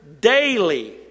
daily